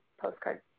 postcard